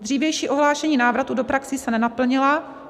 Dřívější ohlášení návratů do praxí se nenaplnila.